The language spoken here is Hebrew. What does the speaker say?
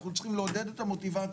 אנחנו צריכים לעודד את המוטיבציה,